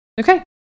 Okay